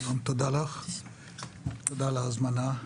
שלום, תודה לך, תודה על ההזמנה.